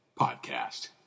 Podcast